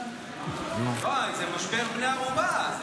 זה משבר בני ערובה.